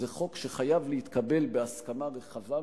זה חוק שחייב להתקבל בהסכמה רחבה מאוד.